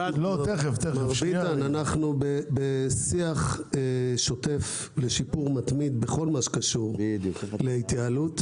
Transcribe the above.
אנחנו בשיח שוטף לשיפור מתמיד בכל מה שקשור להתייעלות,